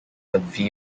severely